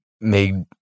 made